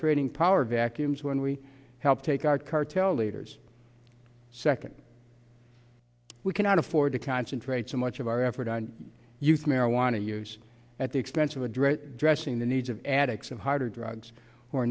creating power vacuums when we help take our cartel leaders second we cannot afford to concentrate so much of our effort on youth marijuana use at the expense of address dressing the needs of addicts of harder drugs